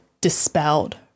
dispelled